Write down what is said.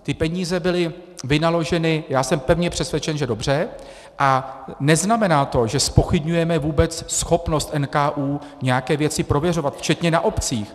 Ty peníze byly vynaloženy, já jsem pevně přesvědčen, dobře a neznamená to, že zpochybňujeme vůbec schopnost NKÚ nějaké věci prověřovat, včetně na obcích.